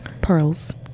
Pearls